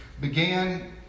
began